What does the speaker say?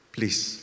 Please